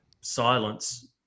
silence